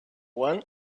one